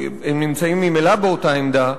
הם נמצאים ממילא באותה עמדה,